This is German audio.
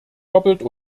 doppelt